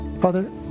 Father